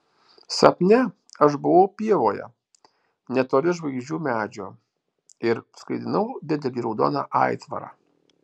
sapne aš buvau pievoje netoli žvaigždžių medžio ir skraidinau didelį raudoną aitvarą